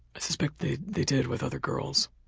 i suspect they they did with other girls.